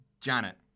Janet